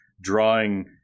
drawing